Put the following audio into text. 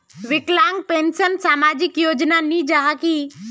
विकलांग पेंशन सामाजिक योजना नी जाहा की?